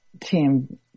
team